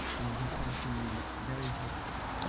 and he said to me, very hopefully,